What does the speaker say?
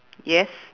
yes